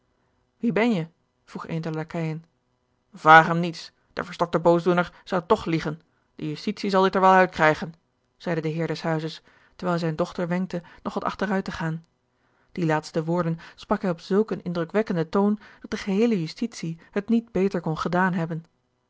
wie ben je vroeg een der lakeijen vraag hem niets de verstokte boosdoener zou toch liegen de george een ongeluksvogel justitie zal dit er wel uitkrijgen zeide de heer des huizes terwijl hij zijne dochter wenkte nog wat achteruit te gaan die laatste woorden sprak hij op zulk een indrukwekkenden toon dat de geheele justitie het niet beter kon gedaan hebben